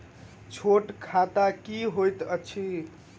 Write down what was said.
छोट खाता की होइत अछि